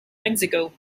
mexico